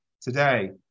today